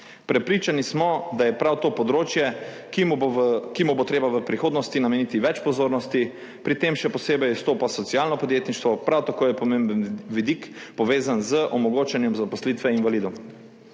Prepričani smo, da je prav to področje, ki mu bo treba v prihodnosti nameniti več pozornosti, pri tem še posebej izstopa socialno podjetništvo, prav tako je pomemben vidik povezan z omogočanjem zaposlitve invalidov.